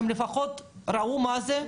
הם לפחות ראו מה זה.